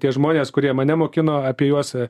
tie žmonės kurie mane mokino apie juos e